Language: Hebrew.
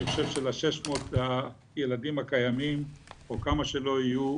אני חושב של-600 הילדים הקיימים או כמה שלא יהיו,